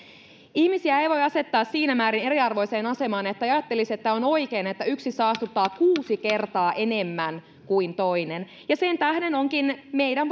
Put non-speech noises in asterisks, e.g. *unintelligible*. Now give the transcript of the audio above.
ihmisiä ei voi asettaa siinä määrin eriarvoiseen asemaan että ajattelisi että on oikein että yksi saastuttaa kuusi kertaa enemmän kuin toinen sen tähden onkin meidän *unintelligible*